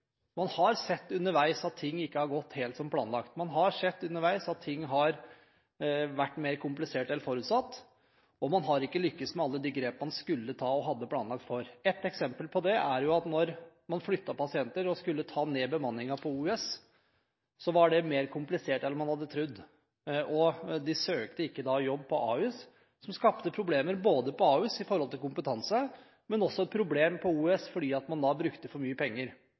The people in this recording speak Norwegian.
Man har sett underveis at ting ikke har gått helt som planlagt, man har sett underveis at ting har vært mer komplisert en forutsatt, og man har ikke lyktes med alle de grep man skulle ta og hadde planlagt for. Et eksempel på det er jo at da man flyttet pasienter og skulle ta ned bemanningen på OUS, var det mer komplisert enn man hadde trodd. Folk søkte ikke jobb på Ahus, noe som skapte problemer, både på Ahus, i forhold til kompetanse, og på OUS, fordi man da brukte for mye penger.